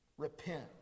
Repent